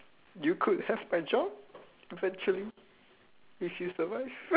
you could have my job eventually if you survive